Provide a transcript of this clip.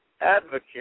advocate